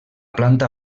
planta